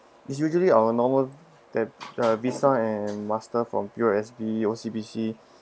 it's usually on a normal that VISA and master from U_S_D O_C_B_C